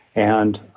and